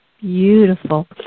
beautiful